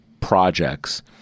projects